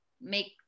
make